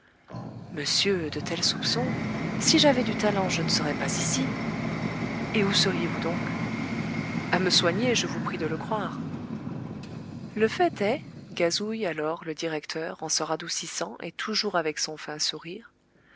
monsieur de tels soupçons si j'avais du talent je ne serais pas ici et où seriez-vous donc à me soigner je vous prie de le croire le fait est gazouille alors le directeur en se radoucissant et toujours avec son fin sourire